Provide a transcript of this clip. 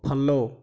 follow